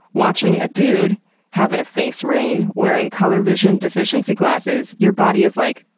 watching a dude having a face rain wearing color vision deficiency glasses, your body is like,